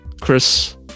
Chris